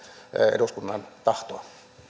eduskunnan tahtoa